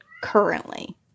currently